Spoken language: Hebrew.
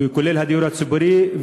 כולל הדיור הציבורי.